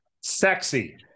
sexy